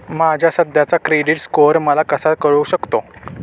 माझा सध्याचा credit score मला कसा कळू शकतो?